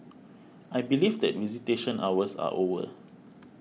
I believe that visitation hours are over